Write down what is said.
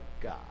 God